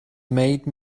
made